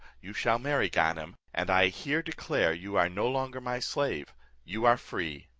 you shall marry ganem, and i here declare you are no longer my slave you are free.